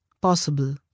possible